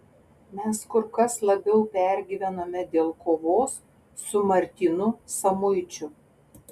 mes kur kas labiau pergyvenome dėl kovos su martynu samuičiu